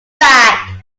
back